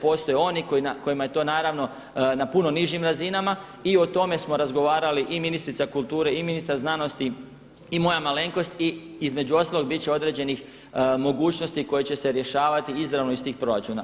Postoje oni kojima je to naravno na puno nižim razinama i o tome smo razgovarali i ministrica kulture i ministar znanosti i moja malenkost i između ostalog bit će određenih mogućnosti koje će se rješavati izravno iz tih proračuna.